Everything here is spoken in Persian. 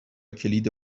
کلید